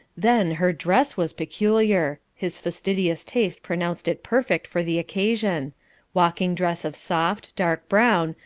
then her dress was peculiar his fastidious taste pronounced it perfect for the occasion walking-dress of soft, dark brown,